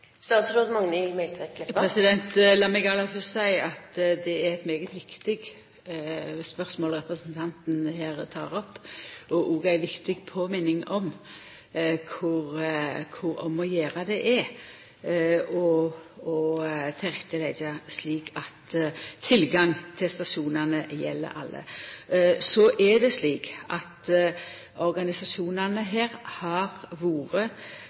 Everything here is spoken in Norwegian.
meg aller fyrst seia at det er eit svært viktig spørsmål representanten her tek opp, og òg ei viktig påminning om kor om å gjera det er å leggja til rette slik at tilgang til stasjonane gjeld alle.